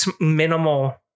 minimal